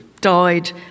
died